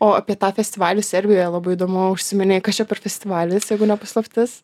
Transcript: o apie tą festivalį serbijoje labai įdomu užsiminei kas čia per festivalis jeigu ne paslaptis